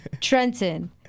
Trenton